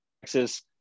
Texas